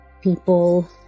people